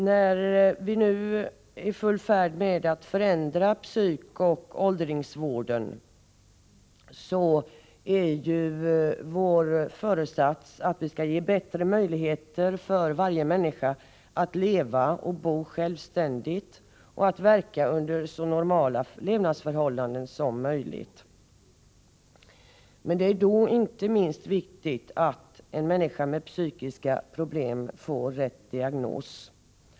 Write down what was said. När vi nu är i full färd med att förändra psykoch åldringsvården, är ju vår föresats att skapa bättre förutsättningar för varje människa att leva och bo självständigt samt verka under så normala levnadsförhållanden som möjligt. Men det är då inte minst viktigt att en människa med psykiska problem får rätt diagnos.